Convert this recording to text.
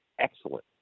excellent